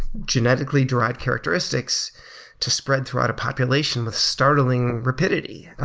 genetically derived characteristics to spread throughout a population with startling rapidity.